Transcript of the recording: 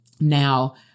now